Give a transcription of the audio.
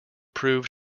prove